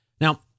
Now